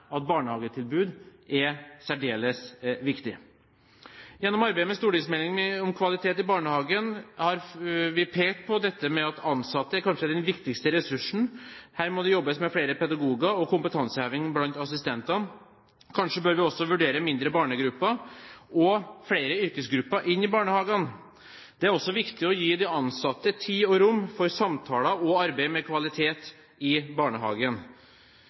at barnehagetilbud er særdeles viktig. Gjennom arbeidet med stortingsmeldingen om kvalitet i barnehagen har vi pekt på dette med at ansatte kanskje er den viktigste ressursen. Her må det jobbes med flere pedagoger og kompetanseheving blant assistentene. Kanskje bør vi også vurdere mindre barnegrupper og å få flere yrkesgrupper inn i barnehagen. Det er også viktig å gi de ansatte tid og rom for samtaler og arbeid med kvalitet i barnehagen.